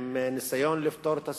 עם ניסיון לפתור את הסכסוך,